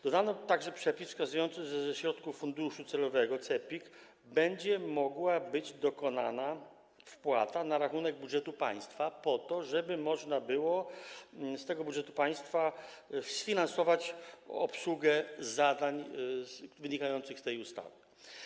Dodano również przepis wskazujący, że ze środków funduszu celowego CEPiK będzie mogła być dokonana wpłata na rachunek budżetu państwa po to, żeby można było z tego budżetu państwa sfinansować obsługę zadań wynikających z tej ustawy.